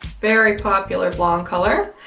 very popular blonde color.